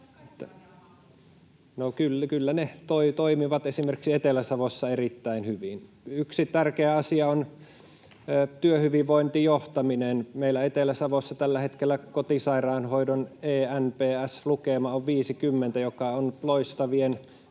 kyllä ne toimivat esimerkiksi Etelä-Savossa erittäin hyvin. — Yksi tärkeä asia on työhyvinvointijohtaminen. Meillä Etelä-Savossa tällä hetkellä kotisairaanhoidon eNPS-lukema on 50, joka on loistavien it-firmojen